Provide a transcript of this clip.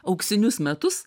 auksinius metus